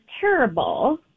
terrible